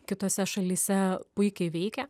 kitose šalyse puikiai veikia